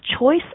choice